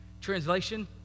Translation